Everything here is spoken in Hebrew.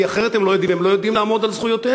כי הם לא יודעים והם לא יודעים לעמוד על זכויותיהם.